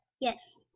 Yes